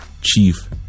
Chief